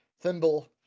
Thimble